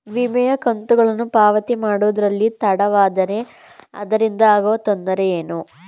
ವಿಮೆಯ ಕಂತುಗಳನ್ನು ಪಾವತಿ ಮಾಡುವುದರಲ್ಲಿ ತಡವಾದರೆ ಅದರಿಂದ ಆಗುವ ತೊಂದರೆ ಏನು?